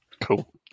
Cool